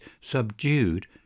subdued